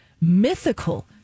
mythical